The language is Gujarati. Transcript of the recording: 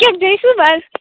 કે બેસું બસ